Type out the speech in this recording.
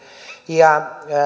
ja